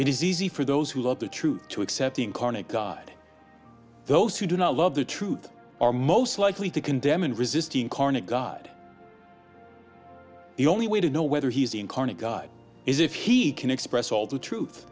it is easy for those who love the truth to accept incarnate god those who do not love the truth are most likely to condemn and resisting karna god the only way to know whether he is incarnate god is if he can express all the truth